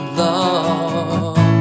love